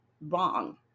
wrong